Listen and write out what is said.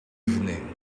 evening